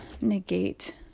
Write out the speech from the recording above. negate